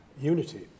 unity